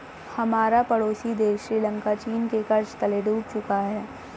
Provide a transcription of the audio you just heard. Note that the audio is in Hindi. हमारा पड़ोसी देश श्रीलंका चीन के कर्ज तले डूब चुका है